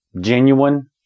genuine